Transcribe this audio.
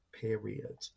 Period